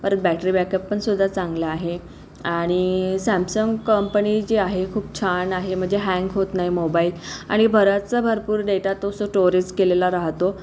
परत बॅटरी बॅकअपपणसुद्धा चांगला आहे आणि सॅमसंग कंपनी जी आहे खूप छान आहे म्हणजे हॅन्ग होत नाही मोबाईल आणि बराचसा भरपूर डेटा तो स स्टोरेज केलेला राहतो